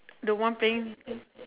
the one paying